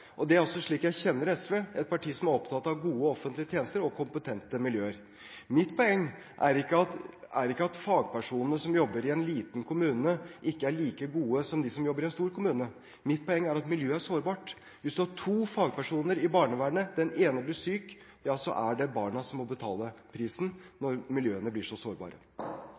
Det er også slik jeg kjenner SV, som et parti som er opptatt av gode offentlige tjenester og kompetente miljøer. Mitt poeng er ikke at fagpersonene som jobber i en liten kommune, ikke er like gode som de som jobber i en stor kommune. Mitt poeng er at miljøet er sårbart. Hvis man har to fagpersoner i barnevernet og den ene blir syk, er det barna som må betale prisen når miljøene blir så sårbare.